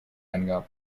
eingabe